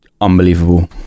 unbelievable